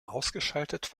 ausgeschaltet